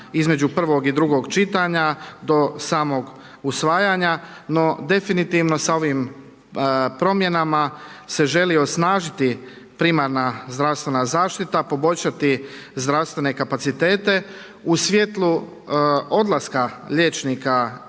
između prvog i drugog čitanja do samog usvajanja. No definitivno sa ovim promjenama se želi osnažiti primarna zdravstvena zaštita, poboljšati zdravstvene kapacitete u svjetlu odlaska liječnika